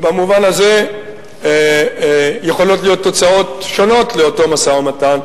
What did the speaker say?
במובן הזה יכולות להיות תוצאות שונות לאותו משא-ומתן.